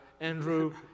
Andrew